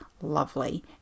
lovely